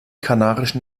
kanarischen